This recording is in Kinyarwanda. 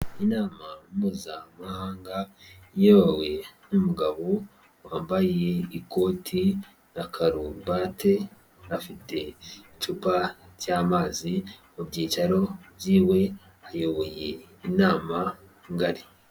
Inama mpuzamahanga iyobowe n'umugabo wambaye ikoti na karuvate, afite icupa cy'amazi mu byicaro byiwe ayoboye inama ngari.